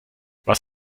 was